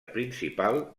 principal